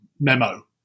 memo